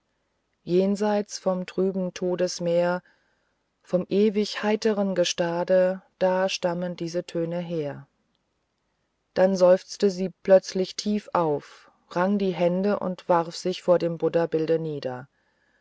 jenseits vom trüben todesmeer vom ewig heiteren gestade da stammen diese töne her dann seufzte sie plötzlich tief auf rang die hände und warf sich vor dem buddhabilde nieder